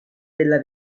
della